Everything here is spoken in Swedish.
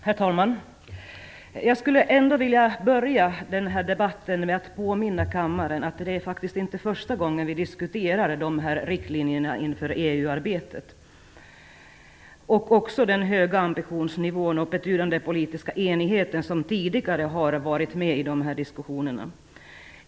Herr talman! Jag skulle vilja börja den här debatten med att påminna kammaren om att detta faktiskt inte är första gången vi diskuterar de här riktlinjerna inför EU-arbetet. Jag vill också påminna om den höga ambitionsnivå och den betydande politiska enighet som tidigare har funnits i de här diskussionerna.